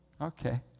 okay